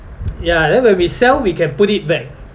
ya then when we sell we can put it back